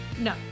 No